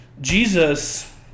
Jesus